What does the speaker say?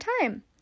time